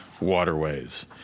Waterways